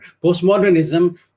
Post-modernism